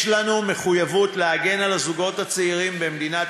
יש לנו מחויבות להגן על הזוגות הצעירים במדינת